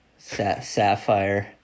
Sapphire